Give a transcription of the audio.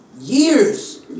years